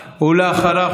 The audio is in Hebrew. אחריו,